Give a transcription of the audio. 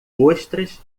ostras